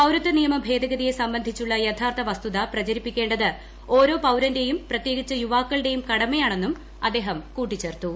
പൌരത്വ നിയമ ഭേദഗതിയെ സംബന്ധിച്ചുള്ള യഥാർത്ഥ വസ്തുത പ്രചരിപ്പിക്കേണ്ടത് ഓരോ പൌരന്റെയും പ്രത്യേകിച്ച് യുവാക്കളുടെ കടമയാണെന്നും അദ്ദേഹം കൂട്ടിച്ചേർത്തു